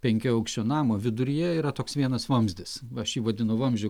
penkiaaukščio namo viduryje yra toks vienas vamzdis aš jį vadinu vamzdžiu